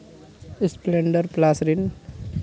splendor Plus ᱨᱮᱱ